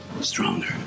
stronger